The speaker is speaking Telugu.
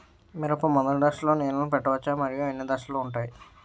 మిరప మొదటి దశలో నీళ్ళని పెట్టవచ్చా? మరియు ఎన్ని దశలు ఉంటాయి?